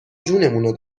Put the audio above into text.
جونمون